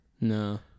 No